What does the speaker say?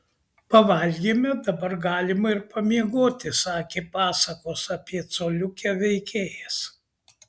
pavalgėme dabar galima ir pamiegoti sakė pasakos apie coliukę veikėjas